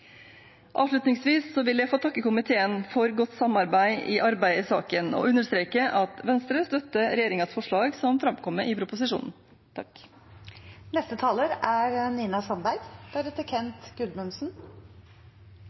vil jeg få takke komiteen for godt samarbeid i arbeidet i saken og understreke at Venstre støtter regjeringens forslag, som framkommer i proposisjonen. Det regjeringen foreslår her, er